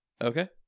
okay